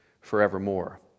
forevermore